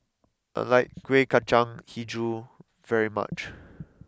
I like Kueh Kacang HiJau very much